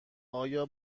آیا